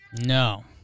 No